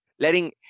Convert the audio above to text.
Letting